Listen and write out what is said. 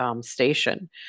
station